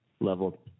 level